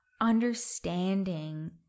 understanding